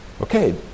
okay